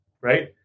Right